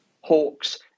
hawks